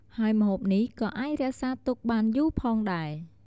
ហើយម្ហូបនេះក៏អាចរក្សាទុកបានយូរផងដែរ។